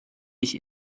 ich